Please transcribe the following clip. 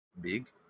Big